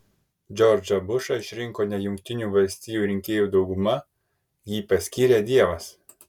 džordžą bušą išrinko ne jungtinių valstijų rinkėjų dauguma jį paskyrė dievas